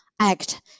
act